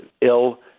ill